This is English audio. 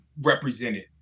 represented